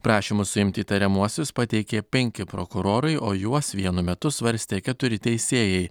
prašymus suimti įtariamuosius pateikė penki prokurorai o juos vienu metu svarstė keturi teisėjai